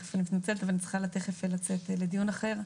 אני מתנצלת תכף אני צריכה לצאת לדיון אחר.